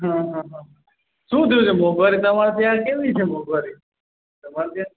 હં હં હં શું થયું છે મોંઘવારી તમારે ત્યાં કેવી છે મોંઘવારી તમારે ત્યાં